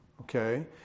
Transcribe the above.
okay